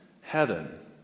heaven